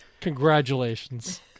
congratulations